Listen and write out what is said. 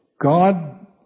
God